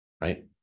right